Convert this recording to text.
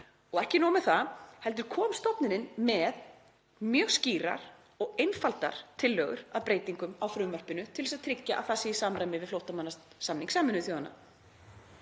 og ekki nóg með það heldur kom stofnunin með mjög skýrar og einfaldar tillögur að breytingum á frumvarpinu til að tryggja að það sé í samræmi við flóttamannasamning Sameinuðu þjóðanna.